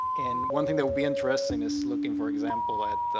and one thing that will be interesting is looking for example at